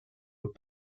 aux